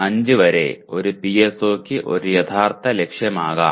5 വരെ ഒരു PO യ്ക്ക് ഒരു യഥാർത്ഥ ലക്ഷ്യമാകും